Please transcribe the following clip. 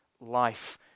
Life